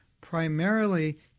Primarily